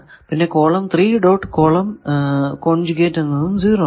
പിന്നെ colon 3 dot colon conjugate എന്നത് 0 ആണ്